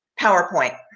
PowerPoint